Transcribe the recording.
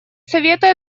совета